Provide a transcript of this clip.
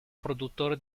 produttore